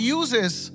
uses